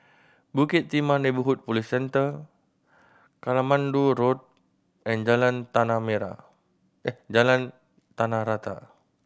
Bukit Timah Neighbourhood Police Centre Katmandu Road and Jalan Tanah Jalan Tanah Rata